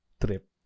Trip